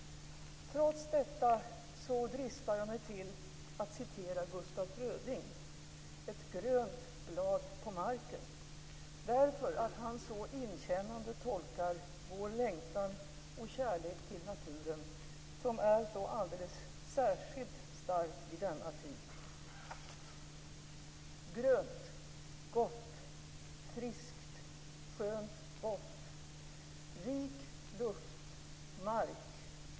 Trots detta dristar jag mig till att citera Gustaf Fröding - "Ett grönt blad på marken" - därför att han så inkännande tolkar vår längtan och kärlek till naturen, som är så alldeles särskilt stark vid denna tid: Grönt! Gott, friskt, skönt vått! Rik luft, mark!